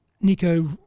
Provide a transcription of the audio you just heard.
Nico